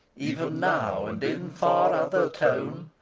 even now, and in far other tone,